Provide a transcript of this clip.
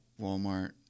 Walmart